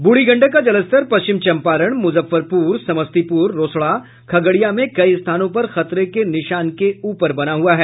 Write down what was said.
बूढ़ी गंडक का जलस्तर पश्चिम चंपारण मुजफ्फरपुर समस्तीपुर रोसड़ा खगड़िया में कई स्थानों पर खतरे के निशान के ऊपर बह रही है